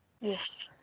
Yes